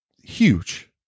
huge